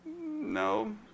No